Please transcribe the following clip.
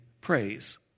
praise